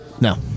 No